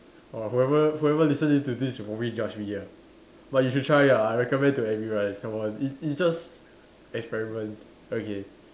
!wah! whoever whoever listening to this will probably judge me ah but you should try ah I recommend to everyone come on it it's just experiment okay